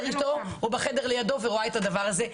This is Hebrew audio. איתו או בחדר לידו ורואה את הדבר הזה,